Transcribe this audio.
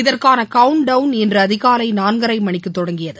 இதற்கான கவுண்ட்டவுன் இன்று அதிகாலை நான்கரை மணிக்கு தொடங்கியது